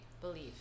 believe